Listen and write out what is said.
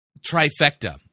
trifecta